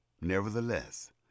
Nevertheless